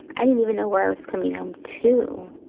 i didn't even know where i was coming home to